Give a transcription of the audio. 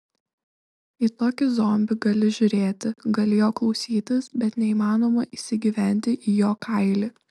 į tokį zombį gali žiūrėti gali jo klausytis bet neįmanoma įsigyventi į jo kailį